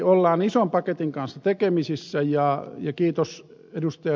ollaan ison paketin kanssa tekemisissä ja kiitos ed